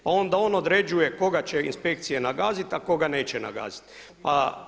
Pa onda on određuje koga će inspekcije nagazit, a koga neće nagazit.